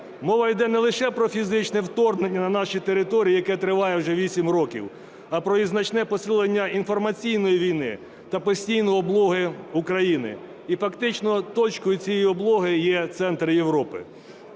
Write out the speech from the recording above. Мова йде не лише про фізичне вторгнення на наші території, яке триває вже 8 років, а і про значне посилення інформаційної війни та постійної облоги України, і фактичною точкою цієї облоги є центр Європи.